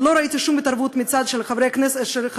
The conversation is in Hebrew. לא ראיתי שום התערבות מצד חברי כנסת ישראלים,